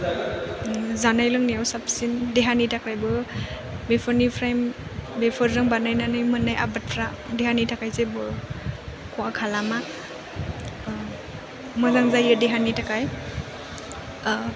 जानाय लोंनायाव साबसिन देहानि थाखायबो बेफोरनिफ्राय बेफोरजों बानायनानै मोन्नाय आबादफ्रा देहानि थाखाय जेबो खहा खालामा मोजां जायो देहानि थाखाय